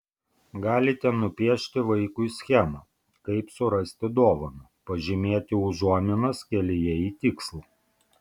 galite nupiešti vaikui schemą kaip surasti dovaną pažymėti užuominas kelyje į tikslą